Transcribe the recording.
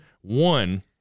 one